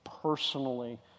personally